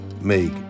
make